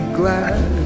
glad